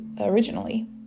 originally